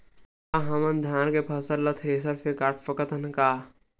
का हमन धान के फसल ला थ्रेसर से काट सकथन का?